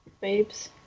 Babes